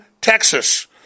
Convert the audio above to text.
Texas